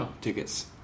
tickets